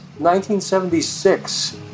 1976